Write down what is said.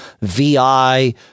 VI